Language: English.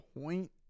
point